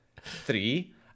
Three